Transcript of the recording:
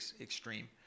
extreme